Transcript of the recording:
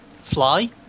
fly